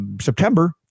September